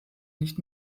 nicht